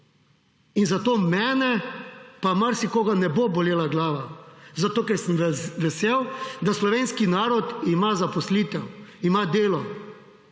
in zato mene, pa marsikoga, ne bo bolela glava, zato, ker sem vesel, da slovenski narod ima zaposlitev, ima delo,